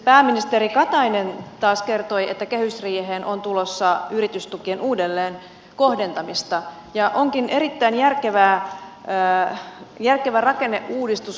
pääministeri katainen taas kertoi että kehysriiheen on tulossa yritystukien uudelleenkohdentamista ja yritystukien uudelleenjärjestely onkin erittäin järkevä rakenneuudistus